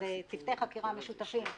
בוא נבדוק איפה הכספים האבודים שלך,